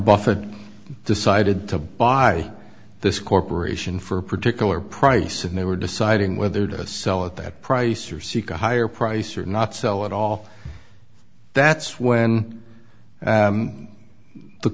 buffet decided to buy this corporation for a particular price and they were deciding whether to sell at that price or seek a higher price or not sell at all that's when